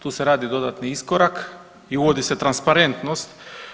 Tu se radi dodatni iskorak i uvodi se transparentnost.